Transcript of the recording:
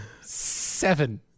Seven